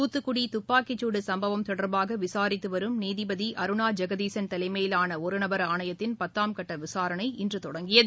தூத்துக்குடி துப்பாக்கிச்சூடு சும்பவம் தொடர்பாக விசாரித்து வரும் நீதிபதி அருணா ஜெகதீசன் தலைமையிலான ஒருநபர் ஆணையத்தின் பத்தாம் கட்ட விசாரணை இன்று தொடங்கியது